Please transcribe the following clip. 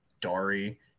Dari